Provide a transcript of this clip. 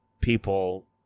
people